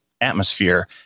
atmosphere